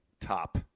top